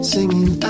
Singing